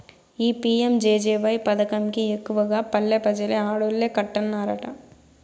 ఈ పి.యం.జె.జె.వై పదకం కి ఎక్కువగా పల్లె పెజలు ఆడోల్లే కట్టన్నారట